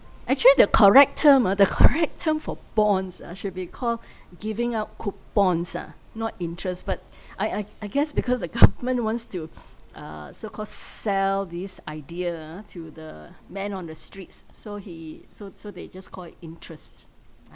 actually the correct term ah the correct term for bonds ah should be called giving out coupons ah not interest but I I I guess because the government wants to uh so call sell this idea ah to the men on the streets so he so so they just call it interest